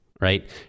right